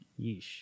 Yeesh